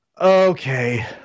Okay